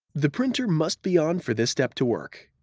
the printer must be on for this step to work.